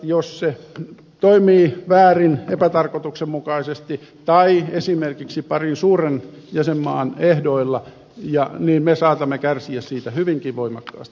jos se toimii väärin epätarkoituksenmukaisesti tai esimerkiksi parin suuren jäsenmaan ehdoilla niin me saatamme kärsiä siitä hyvinkin voimakkaasti